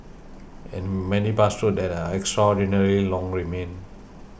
and many bus routes that are extraordinarily long remain